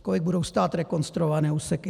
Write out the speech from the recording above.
Kolik budou stát rekonstruované úseky?